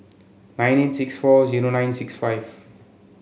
nine eight six four zero nine six five